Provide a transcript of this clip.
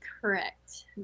Correct